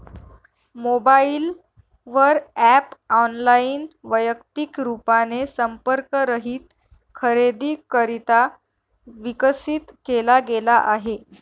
mobile वर app online, वैयक्तिक रूपाने संपर्क रहित खरेदीकरिता विकसित केला गेला आहे